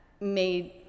made